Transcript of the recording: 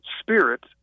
Spirit